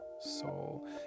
soul